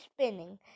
spinning